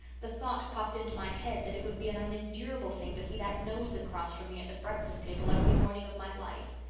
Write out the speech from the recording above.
the thought popped into my head that it would be an unendurable thing to see that nose across from me at the breakfast table every morning of my life.